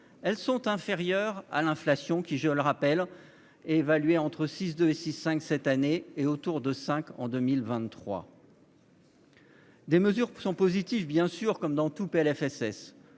elles sont inférieures à l'inflation, dont je rappelle qu'elle est évaluée entre 6,2 % et 6,5 % cette année, et autour de 5 % en 2023. Certaines mesures sont positives, bien sûr, comme dans tout PLFSS.